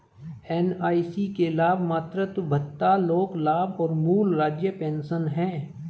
NIC के लाभ मातृत्व भत्ता, शोक लाभ और मूल राज्य पेंशन हैं